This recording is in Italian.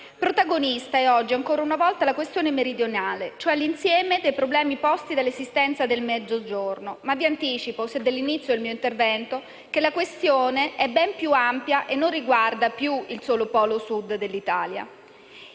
Protagonista è oggi, ancora una volta, la questione meridionale, e cioè l'insieme dei problemi posti dall'esistenza del Mezzogiorno, ma vi anticipo sin dall'inizio del mio intervento che la questione è ben più ampia e non riguarda il solo polo Sud dell'Italia.